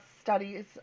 studies